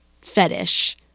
fetish